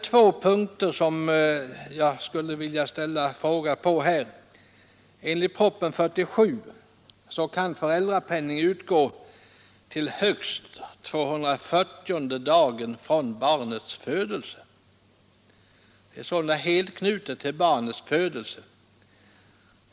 Enligt proposition nr 47 kan föräldrapenning utgå till högst 240:e dagen från barnets födelse.